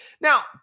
Now